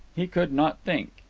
he could not think.